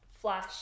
flash